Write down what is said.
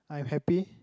I'm happy